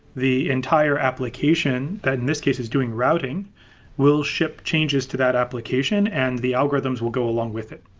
the entire application that in this case is doing routing will ship changes to that application and the algorithms will go along with it,